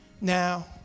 Now